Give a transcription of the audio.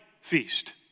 feast